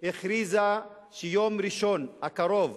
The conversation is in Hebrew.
הכריזה שיום ראשון הקרוב,